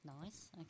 Nice